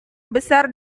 besar